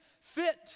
fit